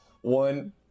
One